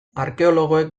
arkeologoek